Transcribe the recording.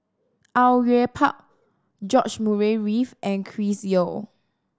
Au Yue Pak George Murray Reith and Chris Yeo